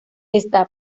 ésta